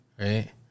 Right